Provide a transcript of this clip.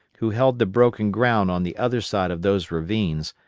who held the broken ground on the other side of those ravines,